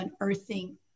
unearthing